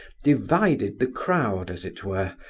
divided the crowd, as it were,